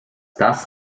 das